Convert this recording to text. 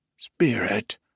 Spirit